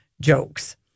jokes